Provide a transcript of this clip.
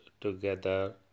together